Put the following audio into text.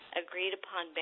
agreed-upon